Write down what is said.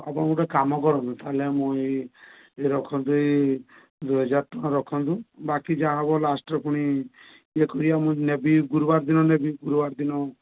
ଆପଣ ଗୋଟେ କାମ କରନ୍ତୁ ତାହେଲେ ମୁଁ ଏଇ ଏଇଟା ରଖନ୍ତୁ ଏଇ ଦୁଇହଜାର ଟଙ୍କା ରଖନ୍ତୁ ବାକି ଯାହା ହେବ ଲାଷ୍ଟରେ ପୁଣି ଇଏ କରିବା ମୁଁ ନେବି ଗୁରୁବାର ଦିନ ନେବି ଗୁରୁବାର ଦିନ